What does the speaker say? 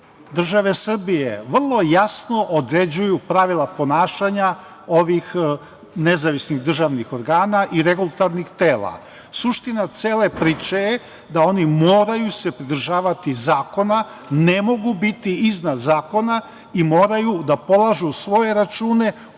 države Srbije vrlo jasno određuju pravila ponašanja ovih nezavisnih državnih organa i regulatornih tela. Suština cele priče je da oni moraju se pridržavati zakona, ne mogu biti iznad zakona i moraju da polažu svoje račune